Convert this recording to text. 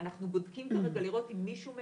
אנחנו בודקים לראות אם מישהו מהם,